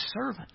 servant